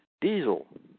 Diesel